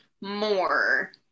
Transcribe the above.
more